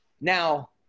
Now